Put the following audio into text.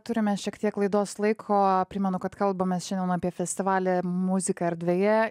turime šiek tiek laidos laiko primenu kad kalbame šiandien apie festivalį muzika erdvėje